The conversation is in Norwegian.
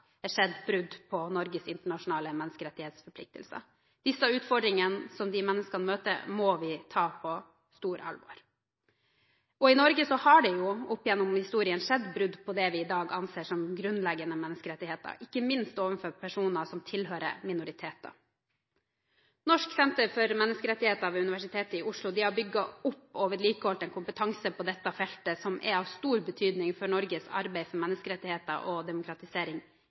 er skjedd brudd på Norges internasjonale menneskerettighetsforpliktelser. De utfordringene som disse menneskene møter, må vi ta på stort alvor. I Norge har det opp gjennom historien skjedd brudd på det vi i dag anser som grunnleggende menneskerettigheter, ikke minst overfor personer som tilhører minoriteter. Norsk senter for menneskerettigheter ved Universitetet i Oslo har bygget opp og vedlikeholdt en kompetanse på dette feltet som er av stor betydning for Norges arbeid for menneskerettigheter og demokratisering